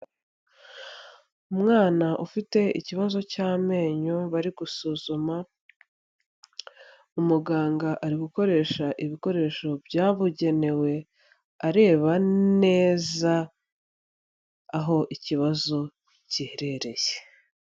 Umwana ufite ikibazo cy'amenyo bari gusuzuma, umuganga ari gukoresha ibikoresho byabugenewe areba neza aho ikibazo giherereye.